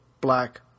black